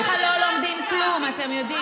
אגב, ככה לא לומדים כלום, אתם יודעים.